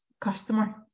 customer